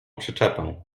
przyczepę